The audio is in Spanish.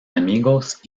amigos